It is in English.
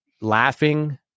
laughing